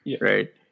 right